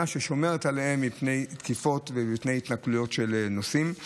ששומרת עליהם מפני תקיפות ומפני התנכלויות של נוסעים.